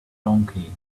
donkey